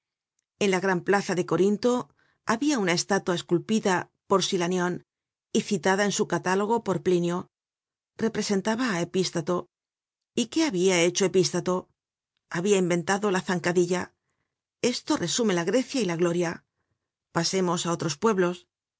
en la gran plaza de corinto habia una estatua esculpida por silanion y citada en su catálogo por plinio representaba á epistato y qué habia hecho epistato habia inventado la zancadilla esto resume la grecia y la gloria pasemos á otros pueblos